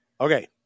Okay